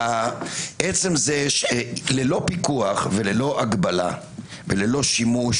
עצם זה שללא פיקוח וללא הגבלה וללא שימוש,